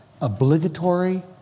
obligatory